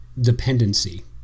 dependency